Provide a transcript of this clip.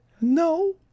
No